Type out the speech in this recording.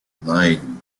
nine